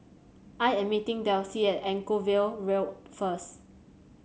I am meeting Delsie at Anchorvale Road first